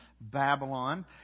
Babylon